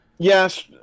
Yes